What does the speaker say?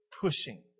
pushing